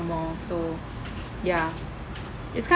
some more so ya it's kind